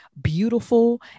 beautiful